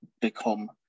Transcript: become